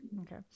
Okay